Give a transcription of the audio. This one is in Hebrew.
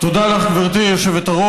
תודה לך, גברתי היושבת-ראש.